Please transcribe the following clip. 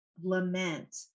lament